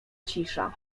cisza